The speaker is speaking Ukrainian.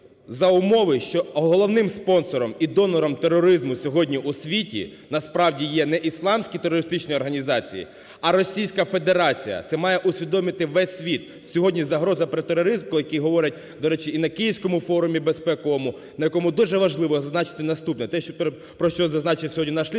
за умови, що головним спонсором і донором тероризму сьогодні у світі, насправді, є не ісламські терористичні організації, а Російська Федерація. Це має усвідомити весь світ, сьогодні загроза, про тероризм, про який говорять, до речі, і на київському форумі безпековому, на якому дуже важливо зазначити наступне, те, про що зазначив сьогодні наш лідер